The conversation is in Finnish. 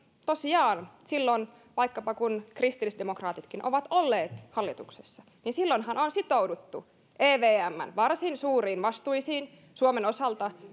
tosiaan vaikkapa silloin kun kristillisdemokraatitkin ovat olleet hallituksessa on sitouduttu evmn varsin suuriin vastuisiin suomen osalta